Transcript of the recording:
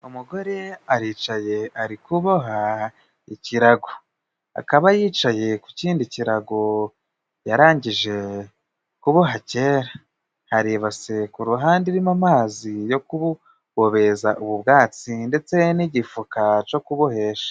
Umugore aricaye ari kuboha ikirago, akaba yicaye ku kindi kirago yarangije kuboha kera, hari ibase ku ruhande irimo amazi yo kubobeza ubwatsi ndetse n'igifuka co kubohesha.